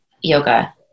yoga